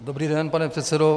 Dobrý den, pane předsedo.